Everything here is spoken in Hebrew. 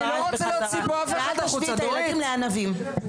אל תשווי את הילדים לענבים.